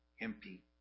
empty